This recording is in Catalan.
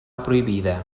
prohibida